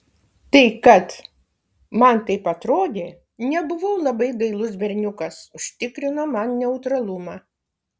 tai kad man taip atrodė nebuvau labai dailus berniukas užtikrino man neutralumą